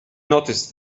noticed